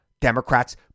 Democrats